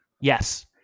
Yes